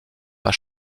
pas